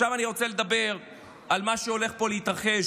עכשיו אני רוצה לדבר על מה שהולך להתרחש